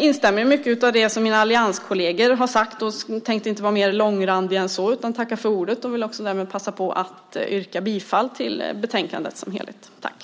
instämmer i mycket av det som mina allianskolleger har sagt och tänker inte vara mer långrandig än så. Jag tackar för ordet och vill också passa på att yrka bifall till förslaget i betänkandet.